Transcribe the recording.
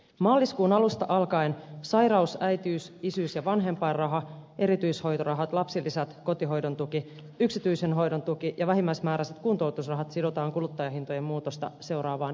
maaliskuun alusta alkaen sairaus äitiys isyys ja vanhempainraha erityishoitorahat lapsilisät kotihoidon tuki yksityisen hoidon tuki ja vähimmäismääräiset kuntoutusrahat sidotaan kuluttajahintojen muutosta seuraavaan indeksiin